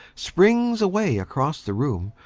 springs away across the room,